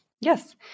Yes